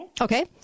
Okay